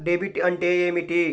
Debit అంటే ఏమిటి?